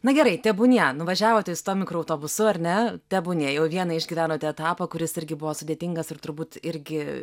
na gerai tebūnie nuvažiavot jūs tuo mikroautobusu ar ne tebūnie jau vieną išgyvenote etapą kuris irgi buvo sudėtingas ir turbūt irgi